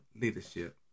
leadership